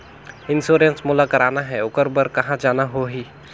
Insurance मोला कराना हे ओकर बार कहा जाना होही?